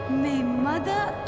may mother